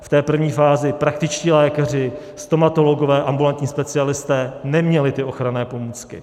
V té první fázi praktičtí lékaři, stomatologové, ambulantní specialisté neměli ty ochranné pomůcky.